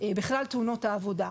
בכלל תאונות העבודה,